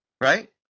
right